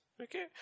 Okay